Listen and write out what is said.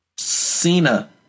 Cena